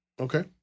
Okay